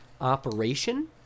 Operation